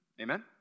Amen